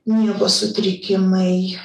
miego sutrikimai